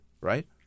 right